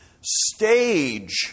stage